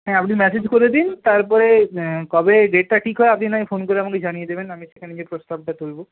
হ্যাঁ আপনি মেসেজ করে দিন তারপরে কবে ডেটটা ঠিক হয় আপনি নয় ফোন করে আমাকে জানিয়ে দেবেন আমি সেখানে গিয়ে প্রস্তাবটা তুলব